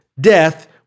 death